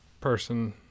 person